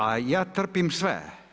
A ja trpim sve.